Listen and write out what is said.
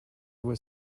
were